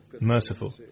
merciful